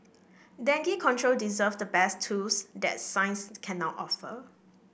dengue control deserves the best tools that science can now offer